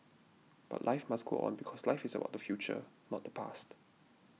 but life must go on because life is about the future not the past